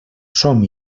som